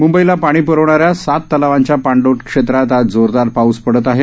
मुंबईला पाणी प्रविणाऱ्या सात तलावांच्या पाणलोट क्षेत्रात आज जोरदार पाऊस पडत आहे